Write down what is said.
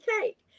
cake